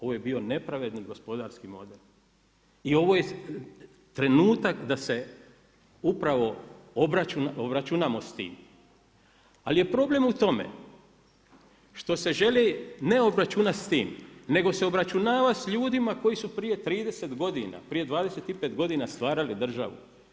Ovo je bio nepravedni gospodarski model i ovo je trenutak da se upravo obračunamo s time ali je problem u tome što se želi ne obračunati s tim nego se obračunava s ljudima koji su prije trideset godina, prije dvadeset i pet godina stvarali državu.